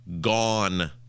gone